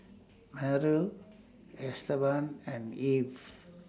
Merl Esteban and Eve